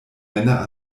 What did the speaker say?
männer